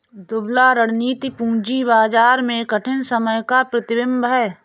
दुबला रणनीति पूंजी बाजार में कठिन समय का प्रतिबिंब है